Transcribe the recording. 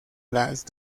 las